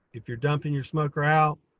if you're dumping your smoker out.